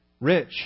Rich